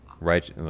Right